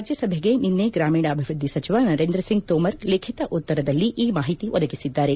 ರಾಜ್ಯಸಭೆಗೆ ನಿನ್ನೆ ಗ್ರಾಮೀಣಾಭಿವೃದ್ದಿ ಸಚಿವ ಸರೇಂದ್ರಸಿಂಗ್ ತೋಮರ್ ಲಿಖಿತ ಉತ್ತರದಲ್ಲಿ ಈ ಮಾಹಿತಿ ಒದಗಿಸಿದ್ದಾರೆ